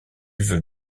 veut